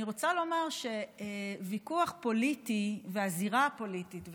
אני רוצה לומר שוויכוח פוליטי והזירה הפוליטית,